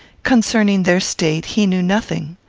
concerning their state he knew nothing.